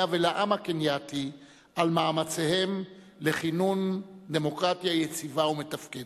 ולעם הקנייתי על מאמציהם לכינון דמוקרטיה יציבה ומתפקדת.